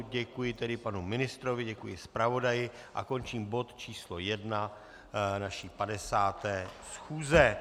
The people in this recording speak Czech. Děkuji panu ministrovi, děkuji zpravodaji a končím bod číslo 1 naší 50. schůze.